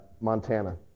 Montana